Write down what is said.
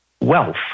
wealth